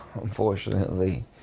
unfortunately